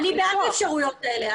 אני בעד האפשרויות האלה.